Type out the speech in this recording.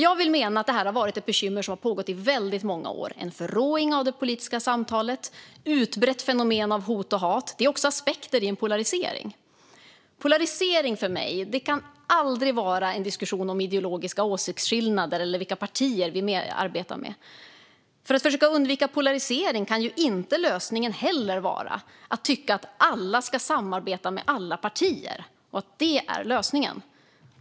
Jag vill mena att det här är ett bekymmer som har pågått i väldigt många år: en förråing av det politiska samtalet och utbrett hot och hat. Det är också aspekter i en polarisering. Polarisering kan för mig aldrig vara en diskussion om ideologiska åsiktsskillnader eller vilka partier vi arbetar med. För att försöka undvika polarisering kan lösningen inte heller vara att tycka att alla ska samarbeta med alla partier och att det är lösningen.